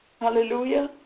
Hallelujah